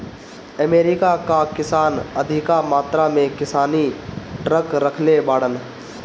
America कअ किसान अधिका मात्रा में किसानी ट्रक रखले बाड़न